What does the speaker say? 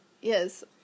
yes